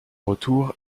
retour